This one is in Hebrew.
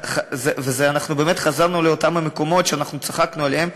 ואנחנו באמת חזרנו לאותם מקומות שצחקנו עליהם.